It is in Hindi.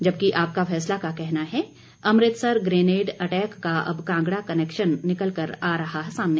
जबकि आपका फैसला का कहना है अमृतसर ग्रेनेड अटैक का अब कांगड़ा कनेक्शन निकल कर आ रहा सामने